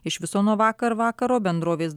iš viso nuo vakar vakaro bendrovės